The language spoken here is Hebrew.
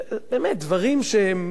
באמת, דברים שהם